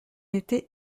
étaient